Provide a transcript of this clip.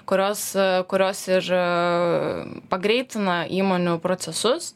kurios kurios ir pagreitina įmonių procesus